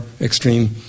extreme